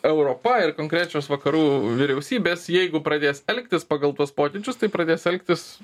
europa ir konkrečios vakarų vyriausybės jeigu pradės elgtis pagal tuos pokyčius tai pradės elgtis